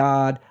God